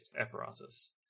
apparatus